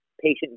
patient